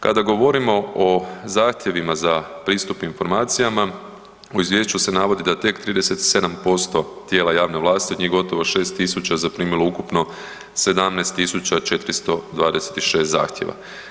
Kada govorimo o zahtjevima za pristup informacijama u izvješću se navodi da tek 37% tijela javne vlasti od njih gotovo 6.000 zaprimilo je ukupno 17.426 zahtjeva.